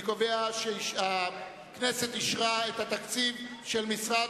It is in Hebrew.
אני קובע שהכנסת אישרה את התקציב של המשרד